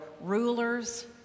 rulers